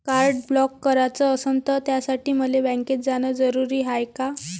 Card block कराच असनं त त्यासाठी मले बँकेत जानं जरुरी हाय का?